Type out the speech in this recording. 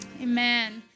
Amen